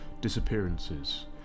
disappearances